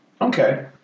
Okay